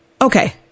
Okay